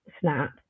snap